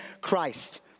Christ